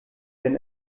denn